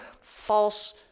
false